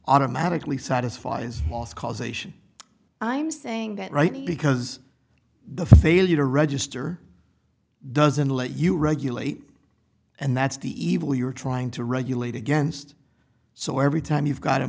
automatically satisfies loss causation i'm saying that right because the failure to register doesn't let you regulate and that's the evil you're trying to regulate against so every time you've got a